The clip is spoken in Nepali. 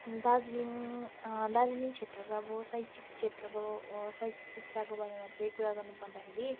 दार्जिलिङ दार्जिलिङ क्षेत्रका अब शैक्षिक क्षेत्रको शैक्षिक शिक्षाको बारेमा चाहिँ कुरा गर्नु पर्दाखेरि